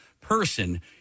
person